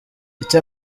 icyo